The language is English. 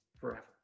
forever